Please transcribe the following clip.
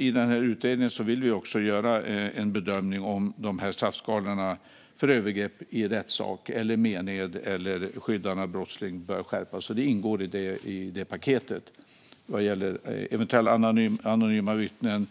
I utredningen vill vi också göra en bedömning om straffskalorna för övergrepp i rättssak, mened eller skyddande av brottsling bör skärpas. Det ingår i det paketet. Vad gäller eventuella anonyma vittnen,